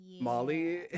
Molly